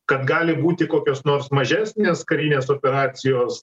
kad gali būti kokios nors mažesnės karinės operacijos